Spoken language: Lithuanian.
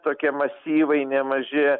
tokie masyvai nemaži